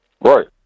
Right